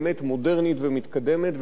באמת מודרנית ומתקדמת,